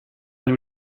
nous